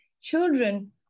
Children